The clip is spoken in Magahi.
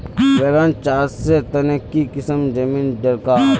बैगन चासेर तने की किसम जमीन डरकर?